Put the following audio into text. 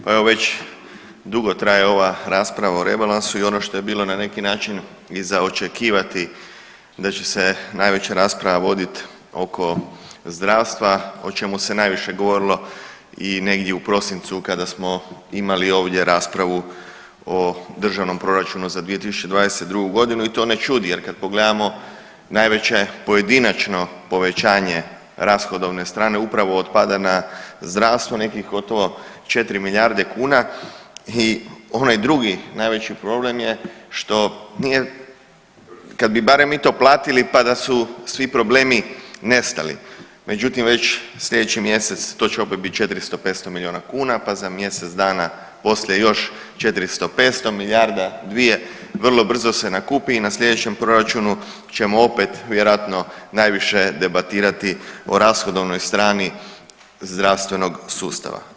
Pa evo već dugo traje ova rasprava o rebalansu i ono što je bilo na neki način i za očekivati da će se najveća rasprava vodit oko zdravstva o čemu se najviše govorilo i negdje u prosincu kada smo imali ovdje raspravu o državnom proračunu za 2022.g. i to ne čudi jer kad pogledamo najveće pojedinačno povećanje rashodovne strane upravo otpada na zdravstveno, nekih gotovo 4 milijarde kuna i onaj drugi najveći problem je što nije kad bi barem mi to platili pa da su svi problemi nestali, međutim već sljedeći mjesec to će opet biti 400, 500 milijuna kuna, pa za mjesec dana poslije još 400, 500 milijarda, dvije vrlo brzo se nakupi i na sljedećem proračunu ćemo opet vjerojatno najviše debatirati o rashodovnoj strani zdravstvenog sustava.